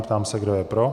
Ptám se, kdo je pro.